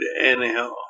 anyhow